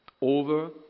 over